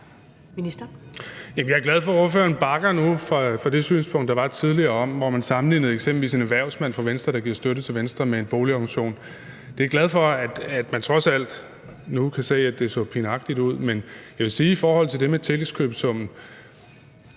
jeg er glad for, at ordføreren nu bakker fra det synspunkt, der var tidligere, hvor man sammenlignede eksempelvis en erhvervsmand fra Venstre, der giver støtte til Venstre, med en boligorganisation. Der er jeg glad for, at man trods alt nu kan se, at det så pinagtigt ud. Men jeg vil sige i forhold til det med tillægskøbesummen,